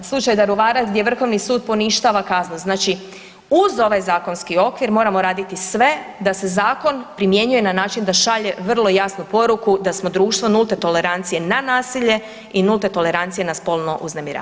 U slučaju „Daruvarac“ gdje Vrhovni sud poništava kaznu, znači uz ovaj zakonski okvir moramo raditi sve da se zakon primjenjuje na način da šalje vrlo jasnu poruku da smo društvo nulte tolerancije na nasilje i nulte tolerancije na spolno uznemiravanje.